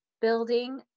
building